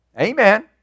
Amen